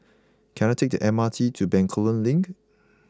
can I take the M R T to Bencoolen Link